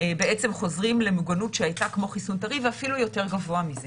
בעצם חוזרים למוגנות שהייתה כמו חיסון טרי ואפילו יותר גבוה מזה.